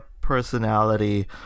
personality